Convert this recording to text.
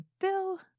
Bill